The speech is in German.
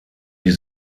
die